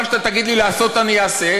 מה שאתה תגיד לי לעשות אני אעשה.